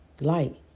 Light